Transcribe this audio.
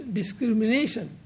discrimination